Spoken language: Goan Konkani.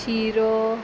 शिरो